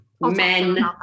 men